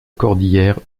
cordillère